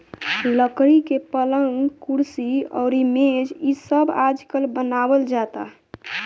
लकड़ी से पलंग, कुर्सी अउरी मेज़ इ सब आजकल बनावल जाता